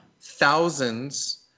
thousands